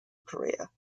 career